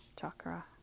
chakra